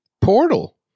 Portal